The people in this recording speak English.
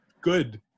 good